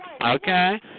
okay